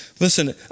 Listen